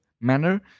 manner